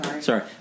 Sorry